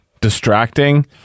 distracting